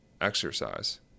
exercise